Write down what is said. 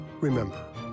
Remember